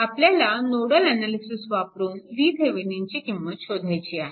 आपल्याला nodal analysis वापरून VTheveninची किंमत शोधायची आहे